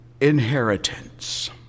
inheritance